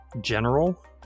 General